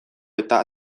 eta